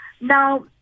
Now